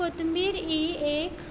कोथंबीर ही एक